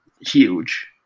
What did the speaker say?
huge